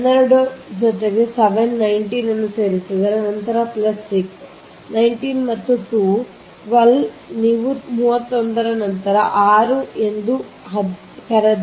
ನೀವು 12 ಜೊತೆಗೆ 7 19 ಅನ್ನು ಸೇರಿಸಿದರೆ ನಂತರ ಪ್ಲಸ್ 6 19 ಮತ್ತು 2 12 ನೀವು 31 ನಂತರ 6 6 6 ಎಂದು 18